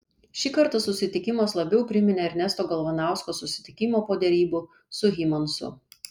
šį kartą sutikimas labiau priminė ernesto galvanausko sutikimą po derybų su hymansu